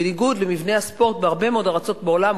בניגוד למבנה הספורט בהרבה מאוד ארצות בעולם,